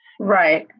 Right